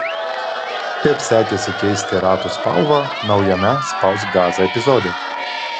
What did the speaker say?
kaip sekėsi keisti ratų spalvą naujame spausk gazą epizode